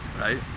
right